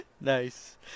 Nice